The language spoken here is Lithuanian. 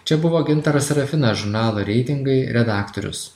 čia buvo gintaras serafina žurnalo reitingai redaktorius